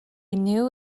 new